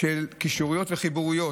של קישוריות וחיבוריות,